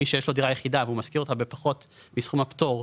מי שיש לו דירה יחידה והוא משכיר אותה בפחות מסכום הפטור,